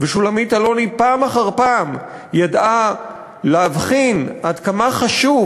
ושולמית אלוני פעם אחר פעם ידעה להבחין עד כמה חשוב,